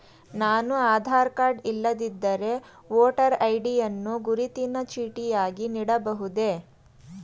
ನಾನು ಆಧಾರ ಕಾರ್ಡ್ ಇಲ್ಲದಿದ್ದರೆ voter ID ಯನ್ನು ಗುರುತಿನ ಚೀಟಿಯಾಗಿ ನೀಡಬಹುದೇ?